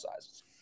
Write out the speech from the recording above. sizes